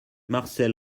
marcel